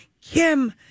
Kim